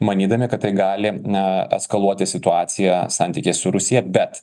manydami kad tai gali eskaluoti situaciją santykiai su rusija bet